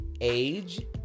age